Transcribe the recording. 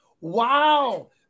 wow